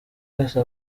wese